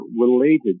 related